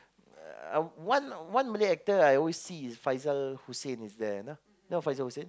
um one one Malay actor I always see is Faizal-Hussain is there you know you know Faizal-Hussain